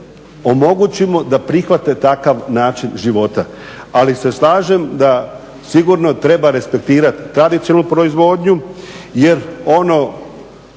omogućimo da prihvate takav način života ali se slažem da sigurno treba respektirati tradicionalnu proizvodnju jer ono